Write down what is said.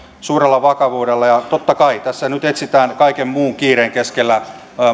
suurella vakavuudella ja totta kai tässä nyt etsitään kaiken muun kiireen keskellä